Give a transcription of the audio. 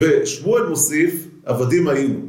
בשמואל מוסיף, עבדים הינו.